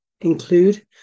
include